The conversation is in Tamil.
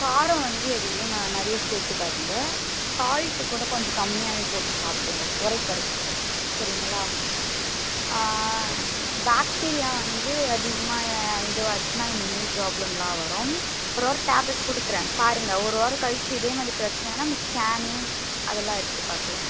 காரம் வந்து எதுலேயும் ந நிறைய சேர்த்துக்காதீங்க சால்ட்டு கூட கொஞ்சம் கம்மியாகவே போட்டு சாப்பிடுங்க சரிங்களா பேக்டீரியா வந்து அதிகமாக இதுவாச்சின்னா இந்தமாரி ப்ராப்ளம்லாம் வரும் ஒரு வாரம் டேப்லட் கொடுக்குறேன் பாருங்க ஒரு வாரம் கழிச்சி இதேமாதிரி பிரசன்னைன்னா நம்ம ஸ்கான்னு அதெல்லாம் எடுத்துப்பார்க்கலாம்